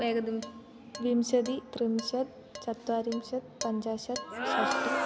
एकं विंशतिः त्रिंशत् चत्वारिंशत् पञ्चाशत् षष्ठिः